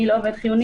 מי לא עובד חיוני.